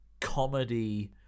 comedy